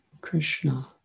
Krishna